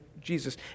Jesus